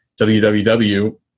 WWW